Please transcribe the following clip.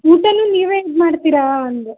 ಊಟಾನೂ ನೀವೇ ಇದು ಮಾಡ್ತೀರಾ ಅಂದೆ